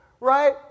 right